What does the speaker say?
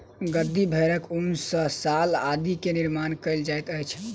गद्दी भेड़क ऊन सॅ शाल आदि के निर्माण कयल जाइत अछि